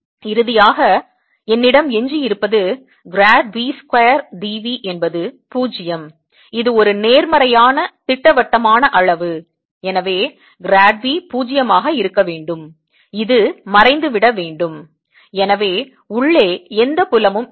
எனவே இறுதியாக என்னிடம் எஞ்சியிருப்பது grad v square d v என்பது 0 இது ஒரு நேர்மறையான திட்டவட்டமான அளவு எனவே கிராட் v 0 ஆக இருக்க வேண்டும் இது மறைந்துவிட வேண்டும் எனவே உள்ளே எந்த புலமும் இல்லை